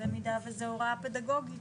אבל במידה שזו הוראה פדגוגית,